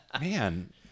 man